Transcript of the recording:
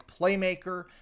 playmaker